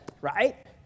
right